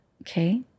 okay